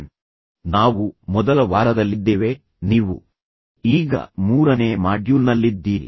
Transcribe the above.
ನಾನು ನಿಮಗೆ ಈ ಕೋರ್ಸ್ ಅನ್ನು ನೀಡುತ್ತಿದ್ದೇನೆ ಮತ್ತು ನಾವು ಮೊದಲ ವಾರದಲ್ಲಿದ್ದೇವೆ ನೀವು ಈಗ ಮೂರನೇ ಮಾಡ್ಯೂಲ್ನಲ್ಲಿದ್ದೀರಿ